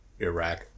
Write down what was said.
Iraq